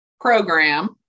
Program